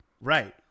right